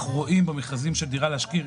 אנחנו רואים במכרזים של דירה להשכיר,